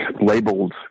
labeled